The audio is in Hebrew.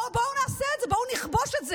בואו נעשה את זה, בואו נכבוש את זה.